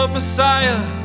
Messiah